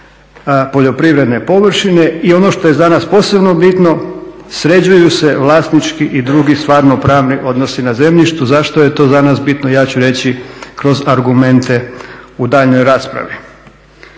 poljoprivredne površine. I ono što je za nas posebno bitno sređuju se vlasnički i drugi stvarno pravni odnosi na zemljištu. Zašto je to za nas bitno, ja ću reći kroz argumente u daljnjoj raspravi.